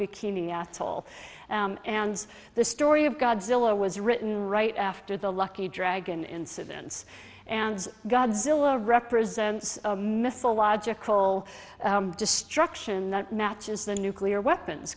bikini atoll and the story of godzilla was written right after the lucky dragon incidence and godzilla represents a missile logical destruction matches the nuclear weapons